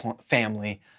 family